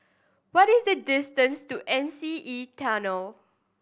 what is the distance to M C E Tunnel